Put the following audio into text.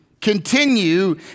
continue